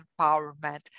empowerment